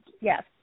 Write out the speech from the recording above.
yes